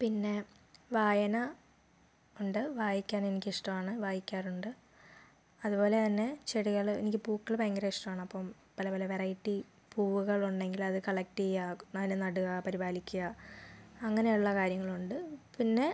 പിന്നെ വായന ഉണ്ട് വായിക്കാൻ എനിക്കിഷ്ടമാണ് വായിക്കാറുണ്ട് അതുപോലെ തന്നെ ചെടികൾ എനിക്ക് പൂക്കൾ ഭയങ്കര ഇഷ്ടമാണ് അപ്പം പല പല വെറൈറ്റി പൂവുകൾ ഉണ്ടെങ്കിൽ അത് കളക്റ്റ് ചെയ്യുക അതിനെ നടുക പരിപാലിക്കുക അങ്ങനെയുള്ള കാര്യങ്ങളുണ്ട് പിന്നെ